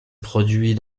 produit